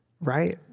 right